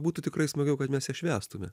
būtų tikrai smagiau kad mes ją švęstume